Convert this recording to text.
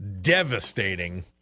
devastating